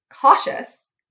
cautious